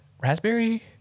raspberry